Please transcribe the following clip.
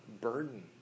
burden